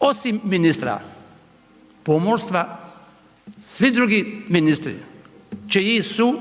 osim ministra pomorstva, svi drugi ministri, čiji su,